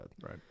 Right